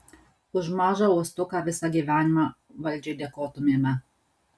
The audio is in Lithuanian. už mažą uostuką visą gyvenimą valdžiai dėkotumėme